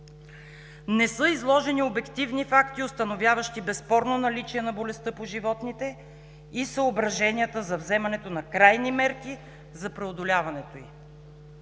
„Не са изложени обективни факти, установяващи безспорно наличие на болестта по животните и съображенията за вземането на крайни мерки за преодоляването ѝ.